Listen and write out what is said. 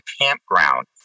campground